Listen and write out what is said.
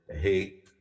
hey